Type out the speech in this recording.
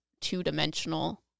two-dimensional